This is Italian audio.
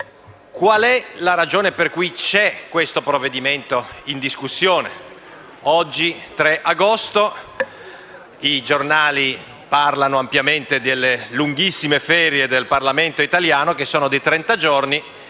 Qual è la ragione per cui c'è questo provvedimento in discussione, oggi 3 agosto? I giornali parlano ampiamente delle lunghissime ferie del Parlamento italiano che sono di trenta giorni;